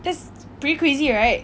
that's pretty crazy right